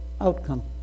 outcome